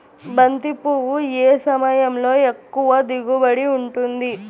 బంతి పువ్వు ఏ సమయంలో ఎక్కువ దిగుబడి ఉంటుంది?